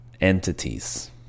entities